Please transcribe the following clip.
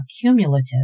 cumulative